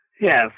Yes